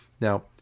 Now